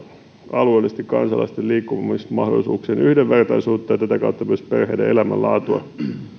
alueellisesti kansalaisten liikkumismahdollisuuksien yhdenvertaisuutta ja tätä kautta myös perheiden elämänlaatua